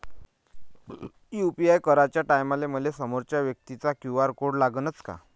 UPI कराच्या टायमाले मले समोरच्या व्यक्तीचा क्यू.आर कोड लागनच का?